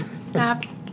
Snaps